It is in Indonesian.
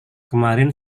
kemarin